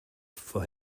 for